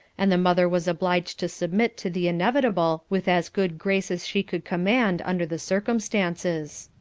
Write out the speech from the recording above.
and the mother was obliged to submit to the inevitable with as good grace as she could command under the circumstances.